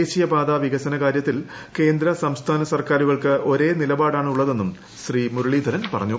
ദേശീയപാത വികസനകാര്യത്തിൽ കേന്ദ്ര സംസ്ഥാന സർക്കാരുകൾക്ക് ഒരേനിലപാടാണുള്ളതെന്നും ശ്രീ മുരളീധരൻ പറഞ്ഞു